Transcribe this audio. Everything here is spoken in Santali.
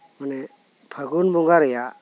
ᱢᱟᱱᱮ ᱯᱷᱟᱹᱜᱩᱱ ᱵᱚᱸᱜᱟ ᱨᱮᱭᱟᱜ